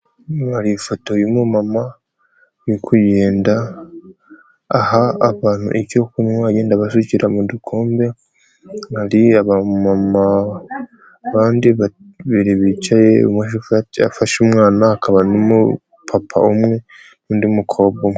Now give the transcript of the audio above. Hano hari ifoto y'umu mama uri kugenda aha abantu icyo kunywa. Agenda abasukira mu dukombe. Hari n'aba mama abandi babiri bicaye, n'undi afashe umwana. Hakaba n'umupapa umwe n'undi mukobwa umwe.